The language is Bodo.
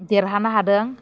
देरहानो हादों